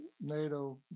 NATO